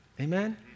Amen